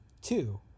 Two